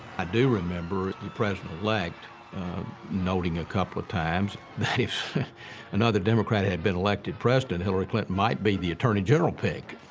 i do remember the president elect noting a couple of times that if another democrat had been elected president, hillary clinton might be the attorney general pick.